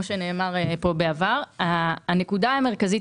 אנחנו עושים